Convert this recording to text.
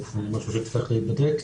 וזה צריך להיבדק.